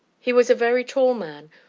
he was a very tall man,